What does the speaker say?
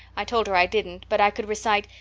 i told her i didn't, but i could recite,